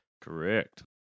Correct